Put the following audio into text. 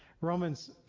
Romans